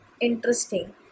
interesting